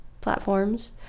platforms